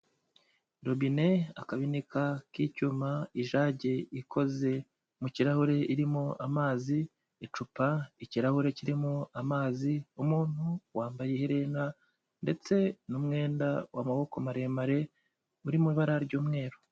Robine, akabika k'icyuma, ijage ikoze mu kirahure irimo amazi, icupa, ikirahure kirimo amazi, umuntu wambaye iherena ndetse n'umwenda w'amaboko maremare uri mu ibara ry'umweru.